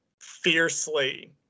fiercely